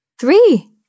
three